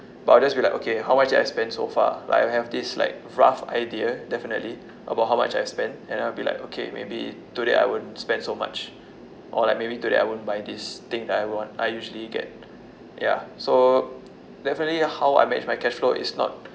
but I'll just be like okay how much did I spend so far like I have this like rough idea definitely about how much I spend and I'll be like okay maybe today I won't spend so much or like maybe today I won't buy this thing that I want I usually get ya so definitely how I manage my cash flow is not